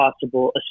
possible